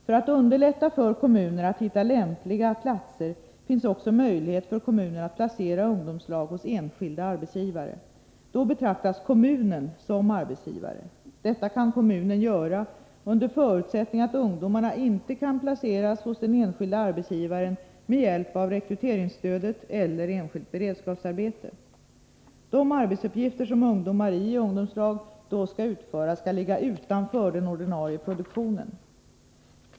För att underlätta för kommuner att hitta lämpliga platser finns också möjlighet för kommunen att placera ungdomslag hos enskilda arbetsgivare. Då betraktas kommunen som arbetsgivare. Detta kan kommunen göra under förutsättning att ungdomarna inte kan placeras hos den enskilde arbetsgivaren med hjälp av rekryteringsstödet eller enskilt beredskapsarbete. De arbetsuppgifter som ungdomar i ungdomslag då skall utföra skall ligga utanför den ordinarie produktionen.